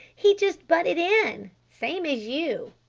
he just butted in. same as you!